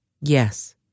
Yes